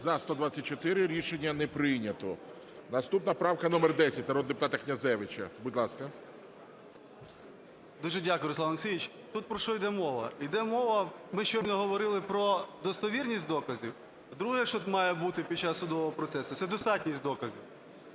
За – 124. Рішення не прийнято. Наступна правка номер 10 народного депутата Князевича. Будь ласка. 11:07:56 КНЯЗЕВИЧ Р.П. Дуже дякую, Руслан Олексійович. Тут про що йде мова? Йде мова, ми щойно говорили про достовірність доказів. Друге, що має бути під час судового процесу, – це достатність доказів.